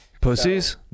Pussies